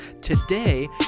today